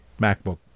MacBook